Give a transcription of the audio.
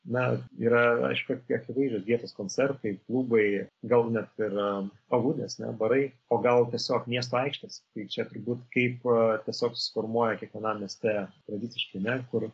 na yra aišku kiek įvairios vietos koncertai klubai gal net yra aludės barai o gal tiesiog miesto aikštės kai čia turbūt kaip tiesiog suformuoja kiekvienam mieste tradiciškai netkur